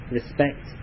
respect